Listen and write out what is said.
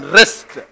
rest